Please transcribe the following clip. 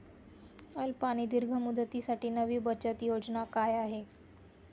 अल्प आणि दीर्घ मुदतीसाठी नवी बचत योजना काय आहे?